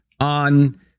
on